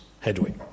headway